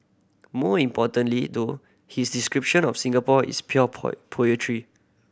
more importantly though his description of Singapore is pure poetry